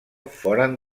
foren